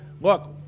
Look